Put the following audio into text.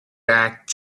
back